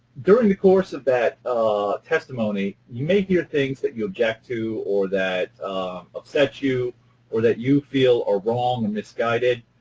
during the course of that testimony you may hear things that you object to or that upset you or that you feel are wrong and misguided.